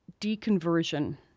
deconversion